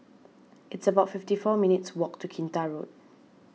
it's about fifty four minutes' walk to Kinta Road